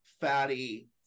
Fatty